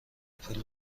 پول